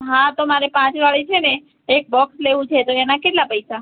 હા તો મારે પાંચવાળી છે ને એક બોક્સ લેવું છે તો એના કેટલા પૈસા